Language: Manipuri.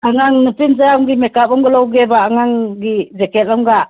ꯑꯉꯥꯡ ꯅꯨꯄꯤ ꯃꯆꯥ ꯑꯃꯒꯤ ꯃꯦꯛꯀꯞ ꯑꯃꯒ ꯂꯧꯒꯦꯕ ꯑꯉꯥꯡꯒꯤ ꯖꯦꯛꯀꯦꯠ ꯑꯃꯒ